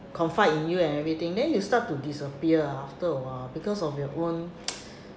confide in you and everything then you start to disappear ah after a while because of your own